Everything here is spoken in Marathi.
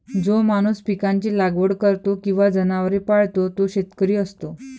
जो माणूस पिकांची लागवड करतो किंवा जनावरे पाळतो तो शेतकरी असतो